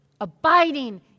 Abiding